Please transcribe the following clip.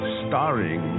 starring